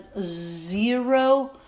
zero